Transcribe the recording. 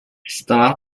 setelah